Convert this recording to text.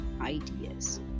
ideas